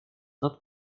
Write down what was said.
not